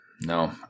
no